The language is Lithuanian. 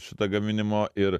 šita gaminimo ir